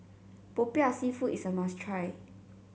Popiah seafood is a must try